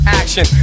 action